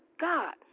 God